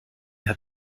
hat